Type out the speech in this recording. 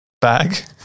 bag